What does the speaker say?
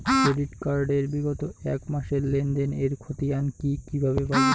Credit card এর বিগত এক মাসের লেনদেন এর ক্ষতিয়ান কি কিভাবে পাব?